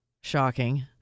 Shocking